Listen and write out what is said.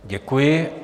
Děkuji.